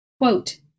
Quote